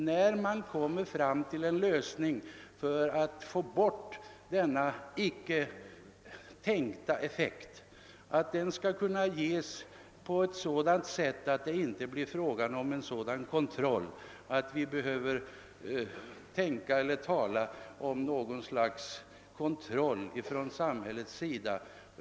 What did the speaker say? När man lyckats att få bort denna icke tänkta effekt, hoppas jag att det inte skall bli fråga om något slags kontroll från samhällets sida.